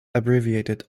abbreviated